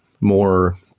more